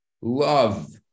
love